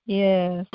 yes